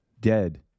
Dead